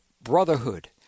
Brotherhood